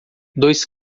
dois